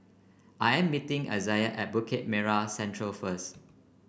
I am meeting Izayah at Bukit Merah Central first